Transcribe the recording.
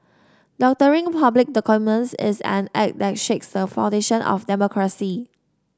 doctoring public documents is an act that shakes the foundation of democracy